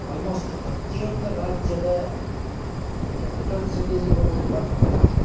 almost ಪ್ರತಿಯೊಂದು ರಾಜ್ಯದ capital ಸಿಟೀಝಿಗೆ ಹೋಗೋದು ಒಂದು ಕಡೆಗೆ